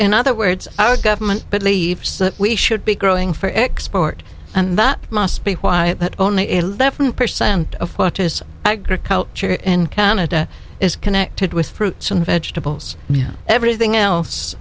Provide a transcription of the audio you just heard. in other words our government believes that we should be growing for export and that must be why it only eleven percent of fortis agriculture in canada is connected with fruits and vegetables everything else